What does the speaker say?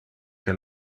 que